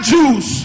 Jews